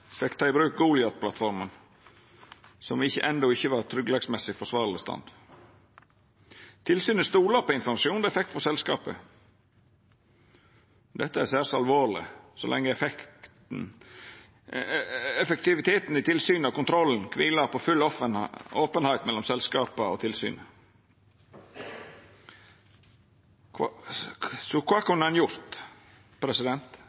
fekk ta i bruk Goliat-plattforma, som endå ikkje var i tryggleiksmessig forsvarleg stand. Tilsynet stola på informasjonen dei fekk frå selskapet. Dette er særs alvorleg, så lenge effektiviteten i tilsynet og kontrollen kviler på full openheit mellom selskapa og tilsynet. Så kva